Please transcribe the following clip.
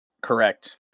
Correct